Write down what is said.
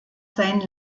sein